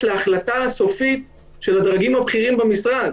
להחלטה הסופית של הדרגים הבכירים במשרד.